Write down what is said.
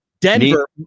Denver